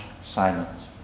silence